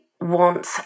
want